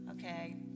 Okay